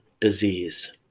disease